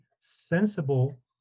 sensible